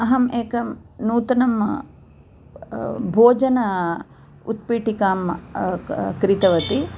अहं एकं नूतनं भोजन उत्पीठिकां कृतवती